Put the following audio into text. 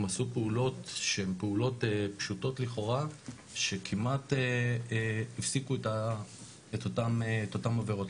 הן עשו פעולות שהן פעולות פשוטות לכאורה שכמעט הפסיקו את אותן עבירות,